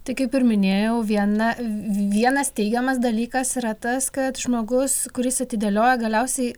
tai kaip ir minėjau viena vienas teigiamas dalykas yra tas kad žmogus kuris atidėlioja galiausiai